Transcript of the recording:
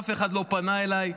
אף אחד לא פנה אליי.